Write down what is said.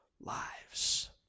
lives